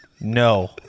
No